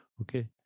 okay